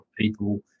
People